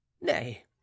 nay